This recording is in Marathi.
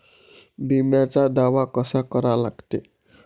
बिम्याचा दावा कसा करा लागते?